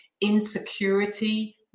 insecurity